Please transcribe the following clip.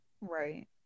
right